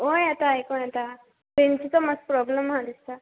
वोय येता आयको येता रेंजीचो मातसो प्रोब्लेम आसा दिसता